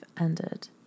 ended